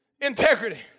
integrity